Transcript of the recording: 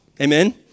Amen